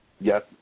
Yes